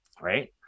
Right